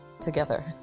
together